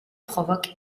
provoque